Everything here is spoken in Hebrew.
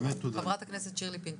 חברת הכנסת שירלי פינטו,